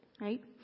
Right